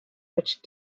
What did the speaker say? which